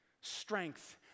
Strength